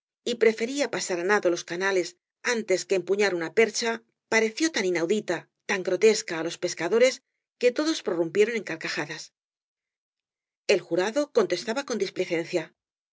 y prefería pasar á nado loa canales antes que empuñar una percha pareció tan inaudita tan grotesca á los pescadores que todos prorrumpieron en carcajadas el jurado contestaba con